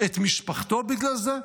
את משפחתו בגלל זה?